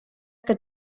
que